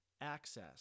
Access